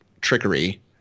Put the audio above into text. trickery